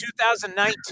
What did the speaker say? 2019